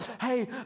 hey